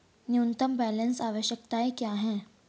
न्यूनतम बैलेंस आवश्यकताएं क्या हैं?